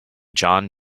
john